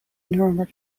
nuremberg